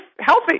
healthy